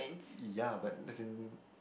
ya but as in